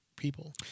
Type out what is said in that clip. people